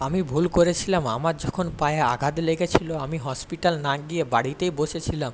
আমি ভুল করেছিলাম আমার যখন পায়ে আঘাত লেগেছিল আমি হসপিটাল না গিয়ে বাড়িতেই বসেছিলাম